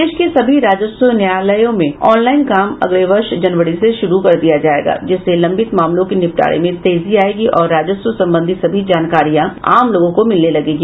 प्रदेश के सभी राजस्व न्यायालयों मे ऑनलाइन काम अगले वर्ष जनवरी से शुरू कर दिया जायेगा जिससे लंबित मामलों के निपटारे मे तेजी आयेगी और राजस्व संबंधी सभी जानकारियां आमलोगों को मिलने लगेगी